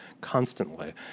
constantly